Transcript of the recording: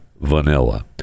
vanilla